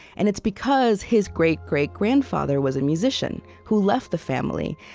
and it's because his great-great-grandfather was a musician who left the family,